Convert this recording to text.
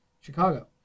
Chicago